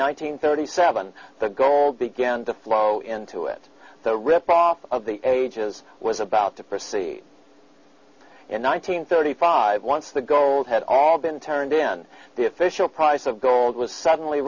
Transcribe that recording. hundred thirty seven the gold began to flow into it the rip off of the ages was about to proceed and nine hundred thirty five once the gold had all been turned in the official price of gold was suddenly